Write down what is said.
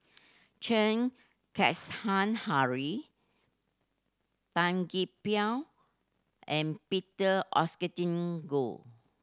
Chen Henri Tan Gee Paw and Peter Goh